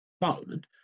Parliament